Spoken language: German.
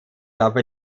aber